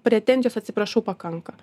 pretenzijos atsiprašau pakanka